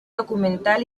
documental